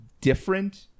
different